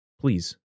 please